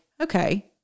okay